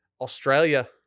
Australia